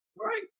right